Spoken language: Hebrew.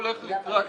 אני הולך לקראתכם,